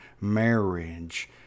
marriage